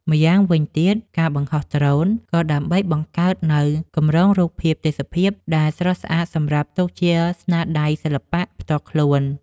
ម្យ៉ាងវិញទៀតការបង្ហោះដ្រូន ក៏ដើម្បីបង្កើតនូវកម្រងរូបភាពទេសភាពដែលស្រស់ស្អាតសម្រាប់ទុកជាស្នាដៃសិល្បៈផ្ទាល់ខ្លួន។